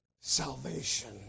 salvation